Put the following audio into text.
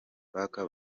park